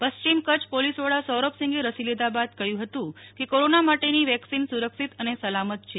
પશ્ચિમ કચ્છ પોલીસવડા સૌરભસિંઘે રસી લીધા બાદ કહ્યું હતું કે કોરોના માટેની વેક્સિન સુરક્ષિત અને સલામત છે